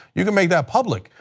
you can make that public.